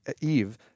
Eve